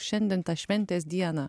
šiandien tą šventės dieną